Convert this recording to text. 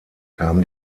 kam